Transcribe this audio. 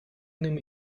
ним